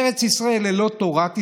ארץ ישראל ללא תורת ישראל,